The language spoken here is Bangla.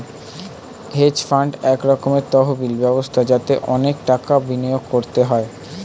হেজ ফান্ড এক রকমের তহবিল ব্যবস্থা যাতে অনেক টাকা বিনিয়োগ করতে হয়